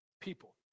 people